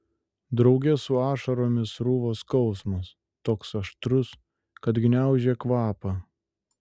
drauge su ašaromis sruvo skausmas toks aštrus kad gniaužė kvapą